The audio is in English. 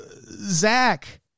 Zach